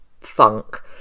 funk